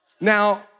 Now